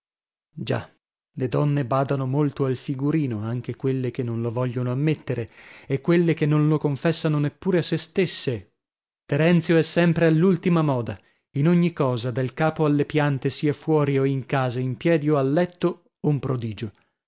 già le donne badano molto al figurino anche quelle che non lo vogliono ammettere e quelle che non lo confessano neppure a sè stesse terenzio è sempre all'ultima moda in ogni cosa dal capo alle piante sia fuori o in casa in piedi o a letto un prodigio